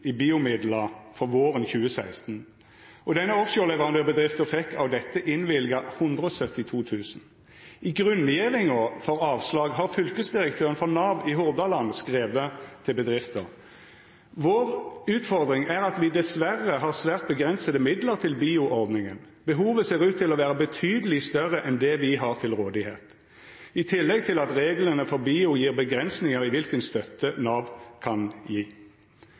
i BIO-midlar for våren 2016, og denne offshoreleverandørbedrifta fekk av dette innvilga 172 000 kr. I grunngjevinga for avslaget har fylkesdirektøren i Nav Hordaland skrive til bedrifta: Vår utfordring er at vi dessverre har svært begrensede midler til BIO-ordningen. Behovet ser ut til å være betydelig større enn det vi har til rådighet, i tillegg til at reglene for BIO gir begrensninger i hvilken støtte Nav kan gi.